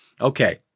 Okay